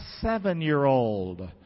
seven-year-old